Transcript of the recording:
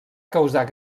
causar